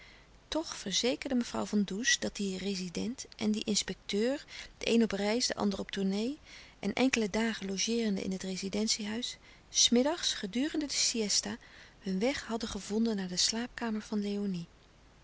toch verzekerde mevrouw van does dat die rezident en die inspecteur de een op reis de ander op tournée en enkele dagen logeerende in het rezidentie-huis s middags gedurende de siësta hun weg hadden gevonden naar de slaapkamer van léonie